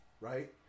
right